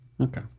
Okay